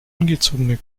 ungezogene